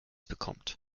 bekommt